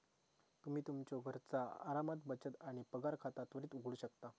तुम्ही तुमच्यो घरचा आरामात बचत आणि पगार खाता त्वरित उघडू शकता